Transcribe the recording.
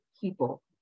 people